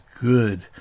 good